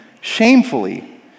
shamefully